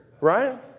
right